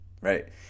right